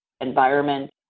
environment